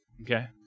Okay